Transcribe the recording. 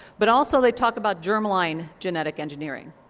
but also they talk about germline genetic engineering.